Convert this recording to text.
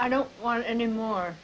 i don't want any more